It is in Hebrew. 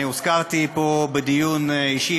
אני הוזכרתי פה בדיון אישי,